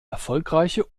erfolgreiche